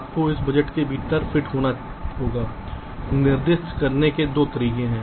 आपको उस बजट के भीतर फिट होना होगा निर्दिष्ट करने के 2 तरीके हैं